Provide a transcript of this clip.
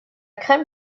crème